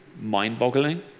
mind-boggling